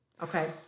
Okay